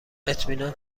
اطمینان